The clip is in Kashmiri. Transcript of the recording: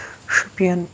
شُپین